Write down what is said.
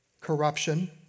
corruption